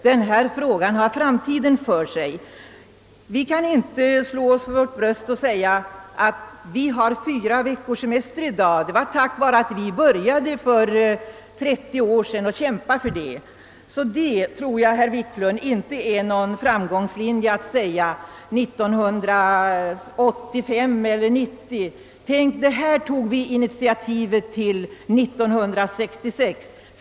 Men vi har ingen anledning att slå oss för vårt bröst och hävda att folk har fyra veckors semester i dag tack vare att vi började arbeta för det för trettio år Sse dan. På samma sätt tror jag inte, herr Wiklund, att det är någon framgångslinje att år 1985 eller 1990 förklara: » Tänk, detta tog vi initiativ till år 1966.